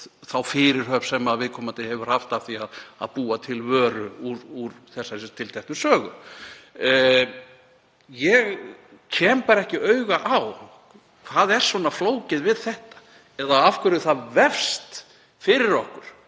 þá fyrirhöfn sem viðkomandi hefur haft af því að búa til vöru úr þessari tilteknu sögu. Ég kem bara ekki auga á hvað er svona flókið við þetta eða af hverju það vefst fyrir okkur